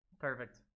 Perfect